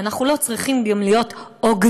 ואנחנו לא צריכים גם להיות הוגנים.